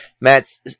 matt's